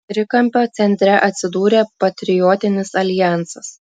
trikampio centre atsidūrė patriotinis aljansas